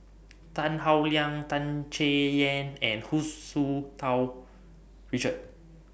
Tan Howe Liang Tan Chay Yan and Hu Tsu Tau Richard